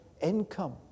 income